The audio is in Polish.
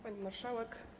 Pani Marszałek!